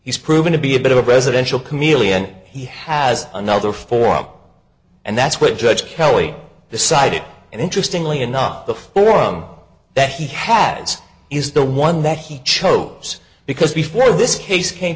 he's proven to be a bit of a presidential chameleon he has another form and that's what judge kelly decided and interestingly enough the forum that he has is the one that he chose because before this case came